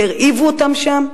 והרעיבו אותם שם?